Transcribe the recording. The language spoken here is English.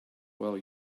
while